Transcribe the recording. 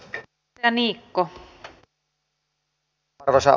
arvoisa rouva puhemies